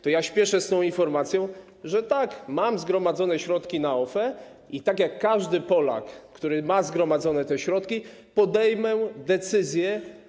To ja spieszę z informacją, że tak, mam zgromadzone środki na OFE i tak jak każdy Polak, który ma zgromadzone te środki, podejmę decyzję.